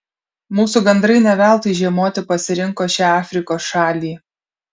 mūsų gandrai ne veltui žiemoti pasirinko šią afrikos šalį